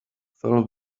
fell